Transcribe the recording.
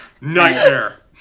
Nightmare